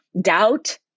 Doubt